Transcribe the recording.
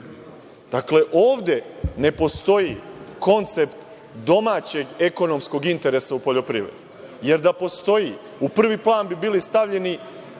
ovde ne postoji koncept domaćeg ekonomskog interesa u poljoprivredi, jer da postoji u prvi plan bi bile stavljene